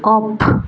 off